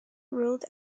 ruled